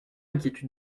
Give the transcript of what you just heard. inquiétude